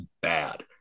bad